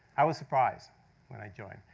i was surprised when i joined.